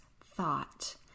thought